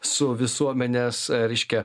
su visuomenės reiškia